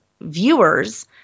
viewers